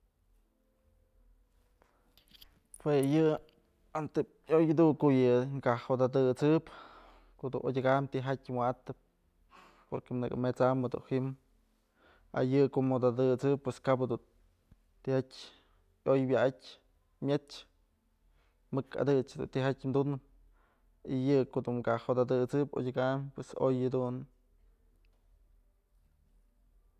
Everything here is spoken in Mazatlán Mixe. Jue yë jam tëm yoyë ko'o yë ka jot atësëp ko'o dun odyëkam tijatyë wa'atëp porque nëkë met'sam jëdun ji'im aye ko'o mjot atësëp pues kap jedun oy wa'atyë myëch mëk adëchë dun tijatyë tunëp y yë ko'o dun ka jo'ot atësëp odyëkam pues oy jadun.